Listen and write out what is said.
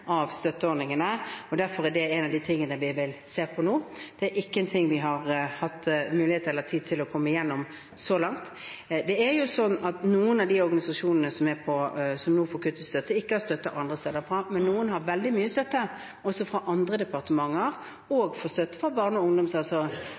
av den helhetlige gjennomgangen av støtteordningene. Derfor er det en av de tingene vi vil se på nå. Det er ikke noe vi har hatt mulighet eller tid til å komme igjennom så langt. Noen av de organisasjonene som nå får kutt i støtten, får ikke støtte fra andre. Men noen får veldig mye støtte også fra andre departementer